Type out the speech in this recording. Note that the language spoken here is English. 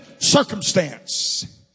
circumstance